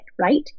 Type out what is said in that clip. right